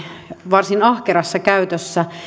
varsin ahkerassa käytössä